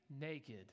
naked